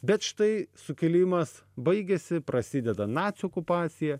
bet štai sukilimas baigiasi prasideda nacių okupacija